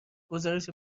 گزارش